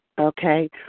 Okay